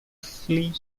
flee